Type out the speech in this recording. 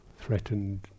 threatened